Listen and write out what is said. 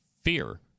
fear